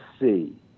see